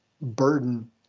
burden